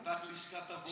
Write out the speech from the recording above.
פתח לשכת עבודה.